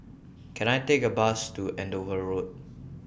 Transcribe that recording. Can I Take A Bus to Andover Road